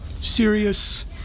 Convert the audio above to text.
serious